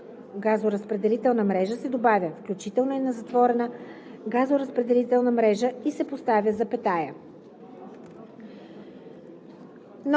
газоразпределителна мрежа“ се добавя „включително и на затворена газоразпределителна мрежа“ и се поставя запетая.“